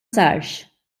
sarx